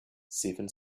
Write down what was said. seven